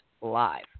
live